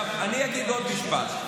אני אגיד עוד משפט.